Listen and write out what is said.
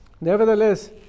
nevertheless